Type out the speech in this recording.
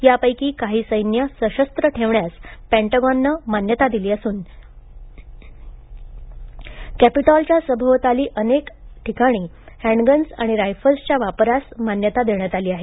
त्यापैकी काही सैन्य सशस्त्र ठेवण्यास पेंटागॉनने मान्यता दिली असून कॅपिटॉलच्या सभोवताली अनेक ठाणी हँडगन्स किंवा रायफल्सच्या वापरांस मान्यता देण्यात आली आहे